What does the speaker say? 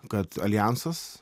kad aljansas